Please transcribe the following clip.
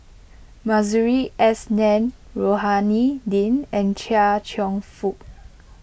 Masuri S Rohani Din and Chia Cheong Fook